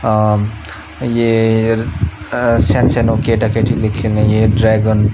येर सानसानो केटाकेटीले खेल्ने यो ड्रागन